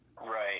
Right